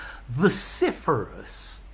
Vociferous